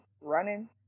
running